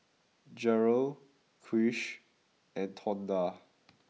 Jerrell Krish and Tonda